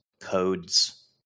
codes